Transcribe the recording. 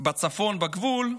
בצפון בגבול.